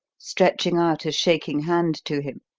stretching out a shaking hand to him.